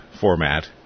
format